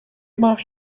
máš